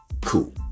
Cool